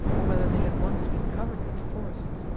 or whether they had once been covered with forests,